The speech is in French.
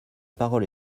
parole